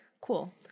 cool